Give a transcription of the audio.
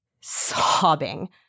sobbing